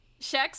shex